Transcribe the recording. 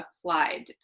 applied